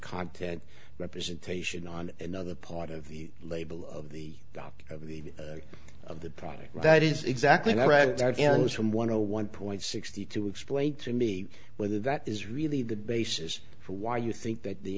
content representation on another part of the label of the dock of the of the product that is exactly correct our dealings from one to one point sixty two explain to me whether that is really the basis for why you think that the